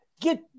get